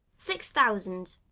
six thousand!